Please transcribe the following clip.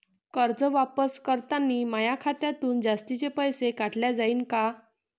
कर्ज वापस करतांनी माया खात्यातून जास्तीचे पैसे काटल्या जाईन का?